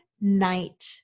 night